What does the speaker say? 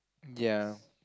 ya